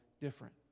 different